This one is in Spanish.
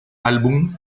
álbum